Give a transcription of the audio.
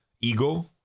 ego